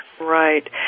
Right